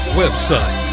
website